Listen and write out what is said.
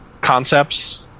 concepts